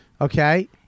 Okay